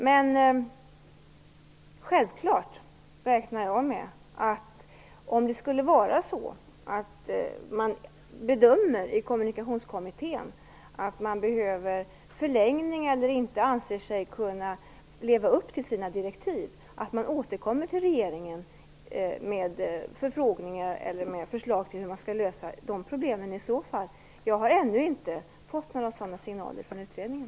Men självklart räknar jag med att man i Kommunikationskommittén, om man bedömer att man behöver förlängning eller inte anser sig kunna leva upp till sina direktiv, återkommer till regeringen med förfrågningar eller med förslag till hur man i så fall skall lösa de problemen. Jag har ännu inte fått några sådana signaler från utredningen.